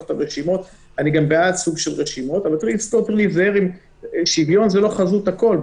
אבל צריך לזכור תמיד ששוויון הוא לא חזות הכול.